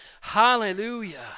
hallelujah